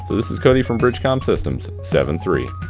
this is cody from bridgecom systems, seventy three.